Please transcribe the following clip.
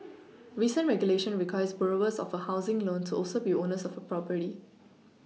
recent regulation requires borrowers of a housing loan to also be owners of a property